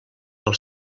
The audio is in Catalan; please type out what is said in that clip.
del